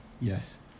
Yes